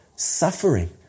Suffering